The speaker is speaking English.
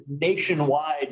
nationwide